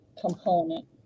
component